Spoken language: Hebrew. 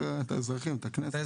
את האזרחים.